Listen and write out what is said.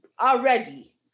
already